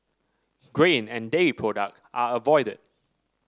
grain and dairy product are avoided